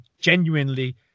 genuinely